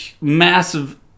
massive